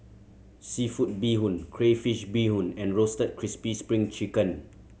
seafood bee hoon crayfish beehoon and Roasted Crispy Spring Chicken